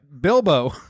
Bilbo